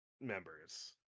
members